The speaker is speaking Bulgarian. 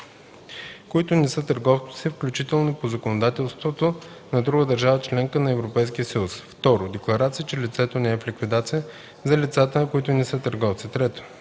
които не са търговци, включително по законодателството на друга държава – членка на Европейския съюз; 2. декларация, че лицето не е в ликвидация – за лицата, които не са търговци; 3.